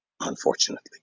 unfortunately